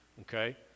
okay